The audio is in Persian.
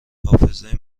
حافظه